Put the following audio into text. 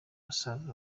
abasaza